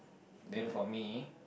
then for me